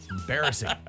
embarrassing